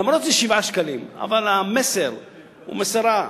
למרות שזה 7 שקלים, אבל המסר הוא מסר רע.